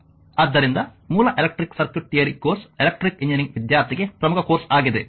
ಆದ್ದರಿಂದ ಮೂಲ electric circuit theory course electrical engineering ವಿದ್ಯಾರ್ಥಿಗೆ ಪ್ರಮುಖ ಕೋರ್ಸ್ ಆಗಿದೆ